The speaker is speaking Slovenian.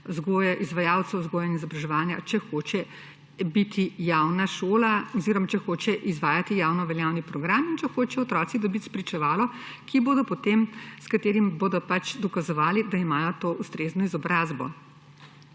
izvajalcev vzgoje in izobraževanja, če hoče biti javna šola oziroma če hoče izvajati javnoveljavni program in če hočejo otroci dobiti spričevalo, s katerim bodo pač dokazovali, da imajo ustrezno izobrazbo.